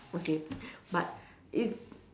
okay but if